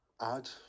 add